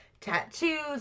tattoos